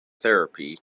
therapy